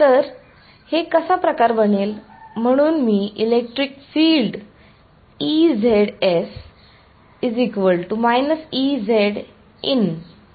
तर हे कसा प्रकार बनेल म्हणून मी इलेक्ट्रिक फील्ड असे लिहू शकतो